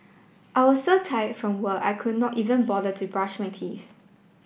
I was so tired from work I could not even bother to brush my teeth